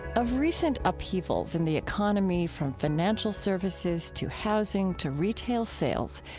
of recent upheavals in the economy, from financial services to housing to retail sales,